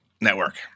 Network